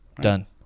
Done